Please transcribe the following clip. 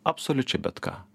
absoliučiai bet ką